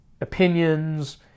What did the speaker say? opinions